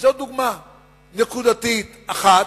וזו דוגמה נקודתית אחת,